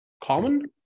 common